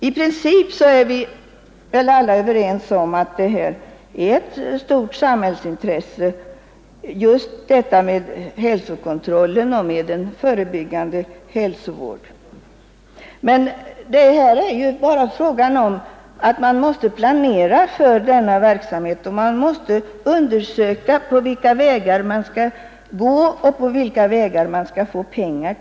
I princip är vi väl alla överens om att hälsokontroll och förebyggande sjukvård är stora samhällsintressen. Men för sådan verksamhet måste man planera, undersöka vilka vägar man skall gå och hur man skall skaffa fram pengar.